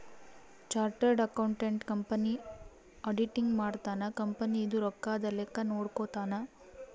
chartered accountant company auditing ಮಾಡ್ತನ company ದು ರೊಕ್ಕದ ಲೆಕ್ಕ ನೋಡ್ಕೊತಾನ